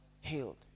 healed